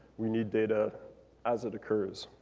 we need data as it occurs.